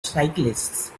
cyclists